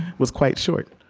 was quite short